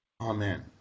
Amen